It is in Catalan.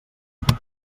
pica